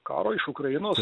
karo iš ukrainos